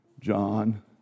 John